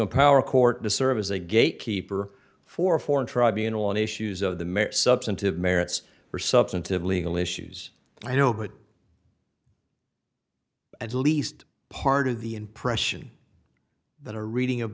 empower court to serve as a gatekeeper for foreign tribunals on issues of the substantive merits for substantive legal issues i know but at least part of the impression that a reading of